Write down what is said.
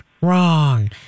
wrong